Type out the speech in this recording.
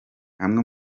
amwe